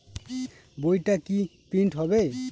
বইটা কি প্রিন্ট হবে?